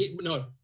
no